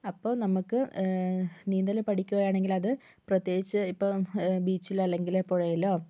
അപ്പോൾ നമുക്ക് നീന്തല് പഠിക്കുകയാണെങ്കിൽ അത് പ്രത്യേകിച്ച് ഇപ്പോൾ ബീച്ചിലോ അല്ലെങ്കിൽ പുഴയിലോ